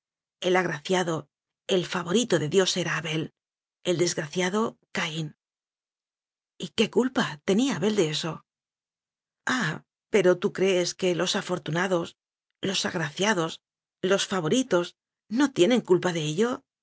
el agraciado el favorito de dios era abel el desgraciado caín y qué culpa tenía abel de eso ah pero tú crees que los afortunados los agraciados los favoritos no tienen culpa de ello